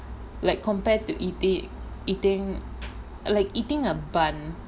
like compare to eati~ eating like eating a bun